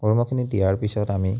গৰু ম'হখিনি দিয়াৰ পিছত আমি